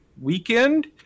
weekend